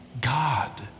God